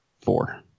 four